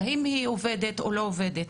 אם היא עובדת או לא עובדת.